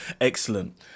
Excellent